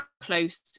close